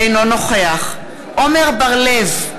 אינו נוכח עמר בר-לב,